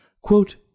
Quote